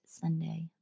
Sunday